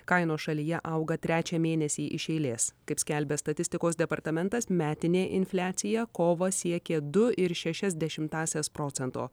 kainos šalyje auga trečią mėnesį iš eilės kaip skelbia statistikos departamentas metinė infliacija kovą siekė du ir šešias dešimtąsias procento